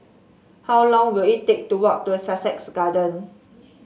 how long will it take to walk to Sussex Garden